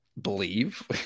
believe